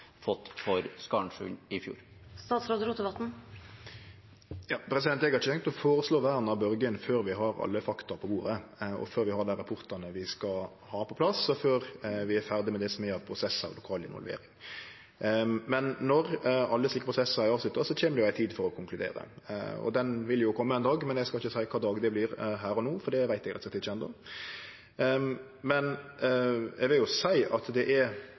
for Skarnsundet i fjor? Eg har ikkje tenkt å føreslå vern av Børgin før vi har alle fakta på bordet, før vi har dei rapportane vi skal ha, på plass, og før vi er ferdige med det som er av prosessar og lokal involvering. Men når alle slike prosessar er avslutta, kjem ei tid for å konkludere. Den tida vil kome ein dag, men eg skal ikkje her og no seie kva dag det vert, for det veit eg rett og slett ikkje enno. Men eg vil seie at det er